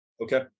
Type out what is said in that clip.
Okay